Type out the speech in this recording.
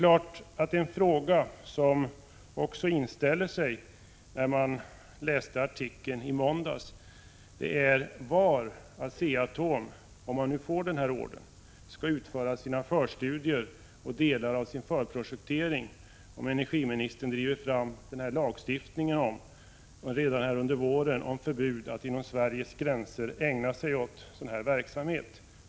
En fråga som också inställde sig när man läste måndagens artikel är var Asea-Atom — om man nu får ordern — skall utföra sina förstudier och delar av sin förprojektering, ifall energiministern redan under våren driver fram lagstiftningen om förbud att inom Sveriges gränser ägna sig åt sådan här verksamhet.